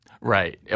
Right